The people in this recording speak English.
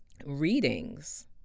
readings